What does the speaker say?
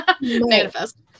manifest